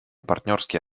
партнерские